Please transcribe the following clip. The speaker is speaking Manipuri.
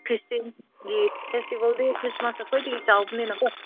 ꯈ꯭ꯔꯤꯁꯇꯦꯟꯁꯤꯡꯒꯤ ꯐꯦꯁꯇꯤꯚꯦꯜꯗꯤ ꯈ꯭ꯔꯤꯁꯃꯥꯁꯅ ꯈ꯭ꯋꯥꯏꯗꯒꯤ ꯆꯥꯎꯕꯅꯤꯅ